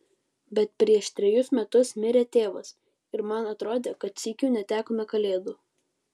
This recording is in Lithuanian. bet prieš trejus metus mirė tėvas ir man atrodė kad sykiu netekome kalėdų